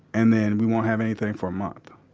and then we won't have anything for a month.